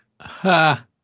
Ha